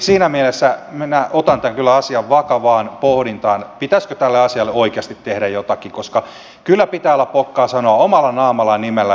siinä mielessä otan kyllä vakavaan pohdintaan pitäisikö tälle asialle oikeasti tehdä jotakin koska kyllä pitää olla pokkaa sanoa omalla naamallaan ja nimellään jos on jotain mieltä